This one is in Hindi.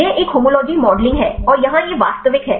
यह एक होमोलोगी मॉडलिंग है और यहां यह वास्तविक है